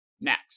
next